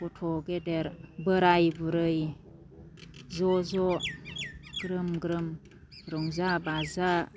गथ' गेदेर बोराइ बुरै ज' ज' ग्रोम ग्रोम रंजा बाजा